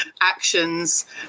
actions